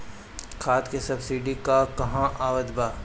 खाद के सबसिडी क हा आवत बा?